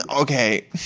Okay